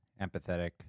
empathetic